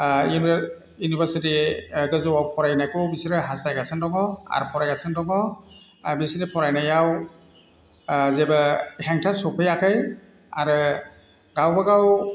university गोजौआव फरायनायखौ बिसोरो हास्थायगासिनो दङ आर फरायगासिनो दङ आर बिसिनि फरायनायाव जेबो हेंथा सफैयाखै आरो गावबागाव